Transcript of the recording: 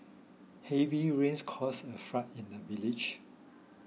heavy rains caused a flood in the village